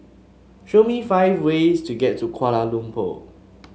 show me five ways to get to Kuala Lumpur